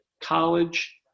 college